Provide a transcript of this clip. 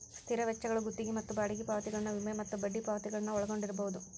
ಸ್ಥಿರ ವೆಚ್ಚಗಳು ಗುತ್ತಿಗಿ ಮತ್ತ ಬಾಡಿಗಿ ಪಾವತಿಗಳನ್ನ ವಿಮೆ ಮತ್ತ ಬಡ್ಡಿ ಪಾವತಿಗಳನ್ನ ಒಳಗೊಂಡಿರ್ಬಹುದು